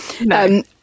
No